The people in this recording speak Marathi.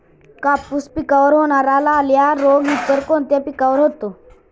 कापूस पिकावर होणारा लाल्या रोग इतर कोणत्या पिकावर होतो?